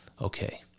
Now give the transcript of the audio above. Okay